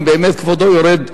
אם כבודו באמת יורד לקריית-שמונה,